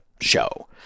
show